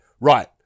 right